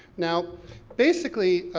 now basically,